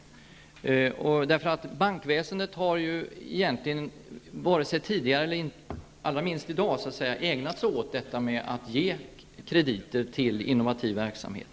Bankväsendet har ju egentligen inte, vare sig tidigare eller i dag, gett några krediter till innovativ verksamhet.